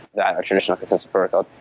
that a traditional consensus protocol,